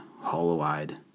hollow-eyed